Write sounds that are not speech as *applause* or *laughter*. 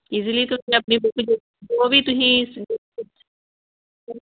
easily ਤੁਸੀਂ ਆਪਣੀ *unintelligible* ਉਹ ਵੀ ਤੁਸੀਂ *unintelligible*